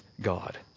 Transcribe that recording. God